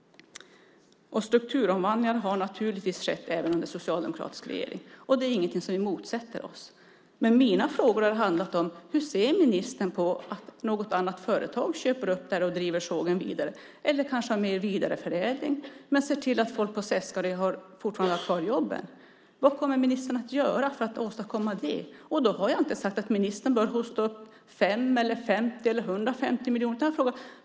Strukturomvandlingar har naturligtvis också skett under socialdemokratiska regeringar. Det är ingenting som vi motsätter oss. Mina frågor har handlat om detta. Hur ser ministern på att något annat företag köper upp sågen och driver den vidare? Man kanske har mer vidareförädling men ser till att människorna på Seskarö fortfarande har kvar jobben. Vad kommer ministern att göra för att åstadkomma det? Jag har inte sagt att ministern behöver hosta upp 5, 50 eller 150 miljoner.